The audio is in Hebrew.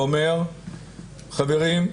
אומר: חברים,